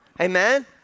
Amen